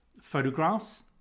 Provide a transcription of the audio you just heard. photographs